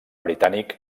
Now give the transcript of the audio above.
britànic